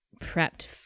prepped